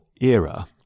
era